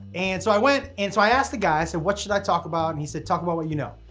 and so i went and so i asked the guy, i said, what should i talk about? and he said, talk about what you know.